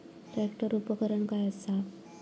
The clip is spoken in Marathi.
ट्रॅक्टर उपकरण काय असा?